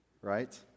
right